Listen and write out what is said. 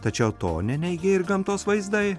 tačiau to neneigia ir gamtos vaizdai